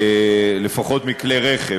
לפחות מכלי רכב,